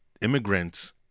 immigrants